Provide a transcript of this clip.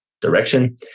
direction